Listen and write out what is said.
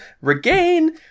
regain